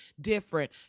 different